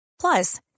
Plus